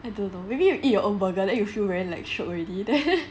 I don't know maybe you eat your own burger then you feel very like shiok already then